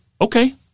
Okay